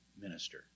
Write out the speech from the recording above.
minister